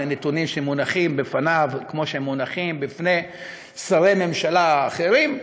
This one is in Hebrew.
על הנתונים שמונחים לפניו כמו שמונחים לפני שרי ממשלה אחרים,